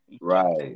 Right